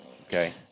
Okay